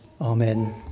Amen